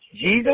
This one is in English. Jesus